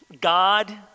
God